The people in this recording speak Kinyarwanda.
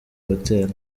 hotel